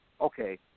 okay